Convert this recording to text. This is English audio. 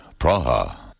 Praha